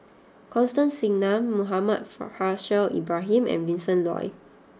Constance Singam Muhammad Faishal Ibrahim and Vincent Leow